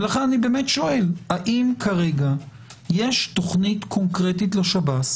לכן אני שואל האם כרגע יש תוכנית קונקרטית לשב"ס